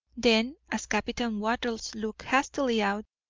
then, as captain wattles looked hastily out,